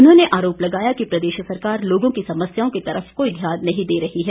उन्होंने आरोप लगाया कि प्रदेश सरकार लोगों की समस्याओं की तरफ कोई ध्यान नहीं दे रही है